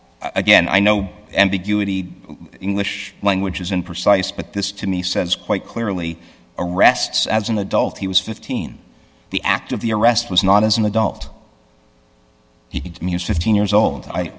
gold again i know ambiguity english language isn't precise but this to me says quite clearly arrests as an adult he was fifteen the act of the arrest was not as an adult he was fifteen years old i